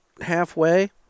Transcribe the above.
halfway